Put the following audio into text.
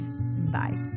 Bye